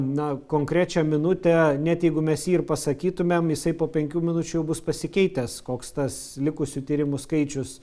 na konkrečią minutę net jeigu mes jį ir pasakytumėm jisai po penkių minučių jau bus pasikeitęs koks tas likusių tyrimų skaičius